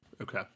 okay